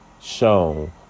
shown